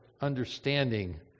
understanding